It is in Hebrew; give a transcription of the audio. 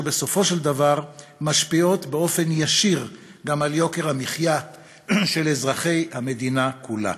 בסופו של דבר משפיעות באופן ישיר גם על יוקר המחיה של אזרחי המדינה כולם.